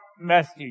message